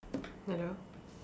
hello